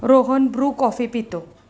Rohan Bru coffee पितो